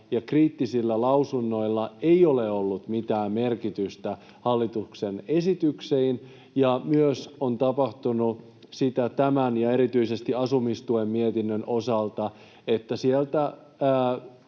kriittisillä lausunnoilla ei ole ollut mitään merkitystä hallituksen esityksen kannalta. Ja tämän ja erityisesti asumistukimietinnön osalta on tapahtunut